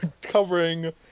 covering